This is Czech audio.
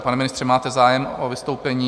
Pane ministře, máte zájem o vystoupení?